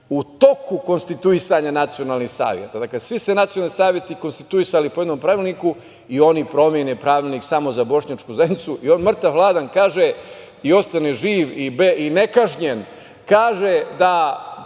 u toku konstituisanja nacionalnih saveta… Dakle, svi su se nacionalni saveti konstituisali po jednom pravilniku, a oni promene pravilnik samo za bošnjačku zajednicu. On mrtav ladan kaže, ostane živ i nekažnjen, kaže da